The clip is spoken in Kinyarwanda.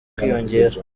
kwiyongera